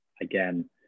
again